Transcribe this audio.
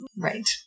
Right